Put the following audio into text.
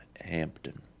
Hampton